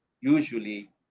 usually